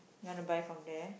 you wanna buy from there